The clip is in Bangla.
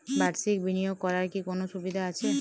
বাষির্ক বিনিয়োগ করার কি কোনো সুবিধা আছে?